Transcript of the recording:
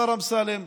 השר אמסלם,